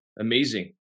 Amazing